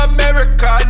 America